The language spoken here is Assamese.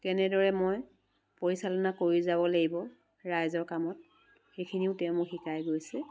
কেনেদৰে মই পৰিচালনা কৰি যাব লাগিব ৰাইজৰ কামত সেইখিনিও তেওঁ মোক শিকাই গৈছে